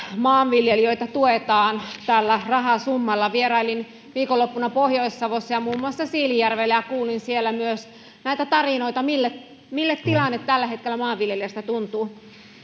maanviljelijöitä tuetaan tällä rahasummalla vierailin viikonloppuna pohjois savossa ja muun muassa siilinjärvellä ja kuulin siellä myös näitä tarinoita mille tilanne tällä hetkellä maanviljelijästä tuntuu